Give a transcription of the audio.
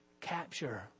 capture